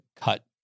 cut